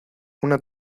una